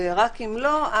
ורק אם לא,